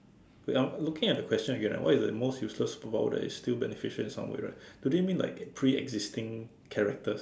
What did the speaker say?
wait I'm looking at the question again ah what is the most useless power while it is still beneficial in some way right do they mean like pre existing characters